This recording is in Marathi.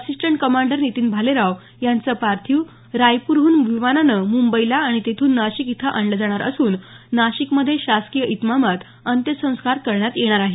असिस्टंट कमांडर नितीन भालेराव यांचं पार्थिव रायपूरहून विमानानं मुंबईला आणि तेथून नाशिक इथं आणलं जाणार असून नाशिकमध्ये शासकीय इतमामात अंत्यसंस्कार करण्यात येणार आहेत